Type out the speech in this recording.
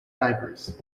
divers